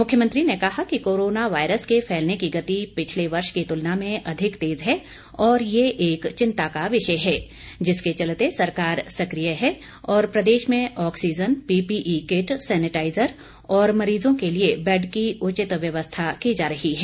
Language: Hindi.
मुख्यमंत्री ने कहा कि कोरोना वायरस के फैलने की गति पिछले वर्ष की तुलना में अधिक तेज है और ये एक चिंता का विषय है जिसके चलते सरकार सक्रिय है और प्रदेश में ऑक्सीजन पीपीई किट सेनेटाइजर और मरीजों के लिए बेड की उचित व्यवस्था की जा रही है